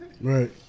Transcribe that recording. Right